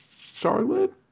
Charlotte